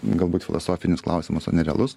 galbūt filosofinis klausimas o ne realus